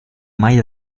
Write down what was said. mai